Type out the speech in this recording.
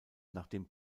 nachdem